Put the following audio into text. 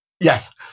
Yes